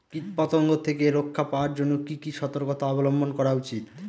কীটপতঙ্গ থেকে রক্ষা পাওয়ার জন্য কি কি সর্তকতা অবলম্বন করা উচিৎ?